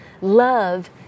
Love